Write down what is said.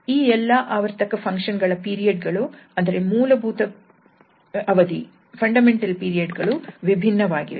ಈ ಎಲ್ಲಾ ಆವರ್ತಕ ಫಂಕ್ಷನ್ ಗಳ ಪೀರಿಯೆಡ್ ಗಳು ಅಂದರೆ ಮೂಲಭೂತ ಅವಧಿ ಗಳು ವಿಭಿನ್ನವಾಗಿವೆ